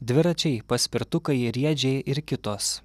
dviračiai paspirtukai riedžiai ir kitos